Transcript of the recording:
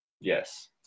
Yes